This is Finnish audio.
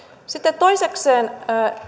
sitten toisekseen